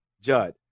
Judd